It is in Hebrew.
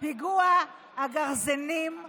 פיגוע הגרזינים הנורא.